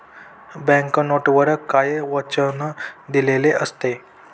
Bank नोटवर काय वचन दिलेले असते?